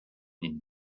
den